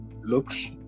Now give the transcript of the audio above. looks